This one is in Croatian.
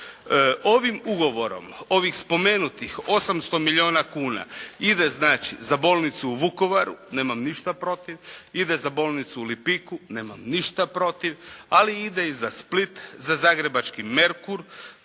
Ovim ugovorom, ovih spomenutih 800 milijuna kuna ide znači za bolnicu u Vukovaru, nemam ništa protiv. Ide za bolnicu u Lipiku, nemam ništa protiv. Ali ide i za Split, za zagrebački "Merkur",